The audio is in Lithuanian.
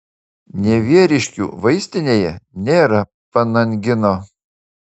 nevieriškių vaistinėje nėra panangino